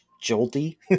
jolty